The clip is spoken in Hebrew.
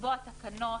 לקבוע תקנות,